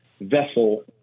vessel